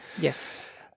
Yes